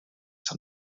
tan